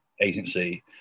agency